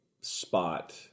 spot